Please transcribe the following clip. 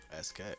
SK